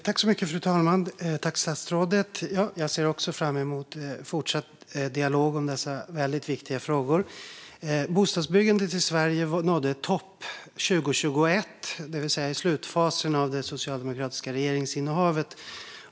Fru talman! Jag ser också fram emot en fortsatt dialog om dessa väldigt viktiga frågor. Bostadsbyggandet i Sverige nådde en topp 2021, det vill säga i slutfasen av det socialdemokratiska regeringsinnehavet.